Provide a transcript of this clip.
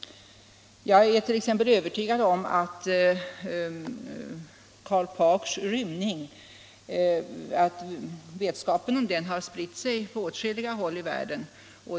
Jag är t.ex. övertygad om att vetskapen om Karl Paukschs rymning har spritt sig på åtskilliga håll i världen.